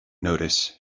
notice